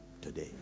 today